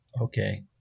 okay